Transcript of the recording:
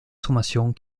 sommations